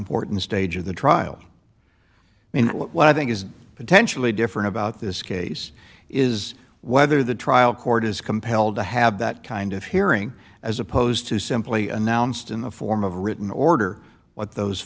important stage of the trial i mean what i think is potentially different about this case is whether the trial court is compelled to have that kind of hearing as opposed to simply announced in the form of written order what those